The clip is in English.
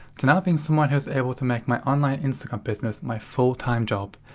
to now being someone who's able to make my online instagram business my full-time job.